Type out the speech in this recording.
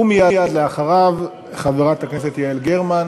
ומייד אחריו חברת הכנסת יעל גרמן.